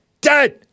dead